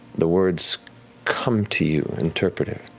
the words come to you interpreting.